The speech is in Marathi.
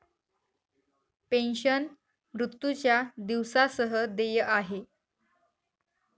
पेन्शन, मृत्यूच्या दिवसा सह देय आहे